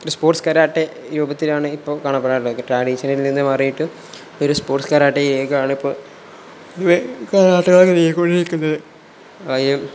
ഒരു sports karate രൂപത്തിലാണ് ഇപ്പോൾ കാണപ്പെടാറുള്ളത് ട്രാഡീഷണിൽ നിന്നു മാറിയിട്ട് ഒരു സ്പോർട്സ് കരാട്ടേ ഒക്കെയാണ് ഇപ്പോൾ കരാട്ടെ ആയിക്കൊണ്ടിരിക്കുന്നത് ആ